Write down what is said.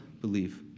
believe